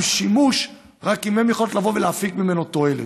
שימוש רק אם הן יכולות להפיק מהן תועלת,